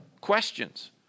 questions